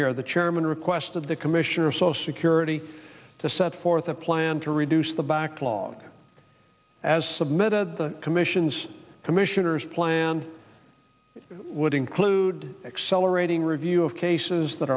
here the chairman request of the commissioner so security to set forth a plan to reduce the backlog as submitted the commission's commissioners plan would include accelerating review of cases that